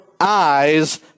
eyes